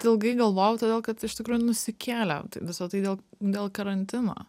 ilgai galvojau todėl kad iš tikrųjų nusikėlė visa tai dėl dėl karantino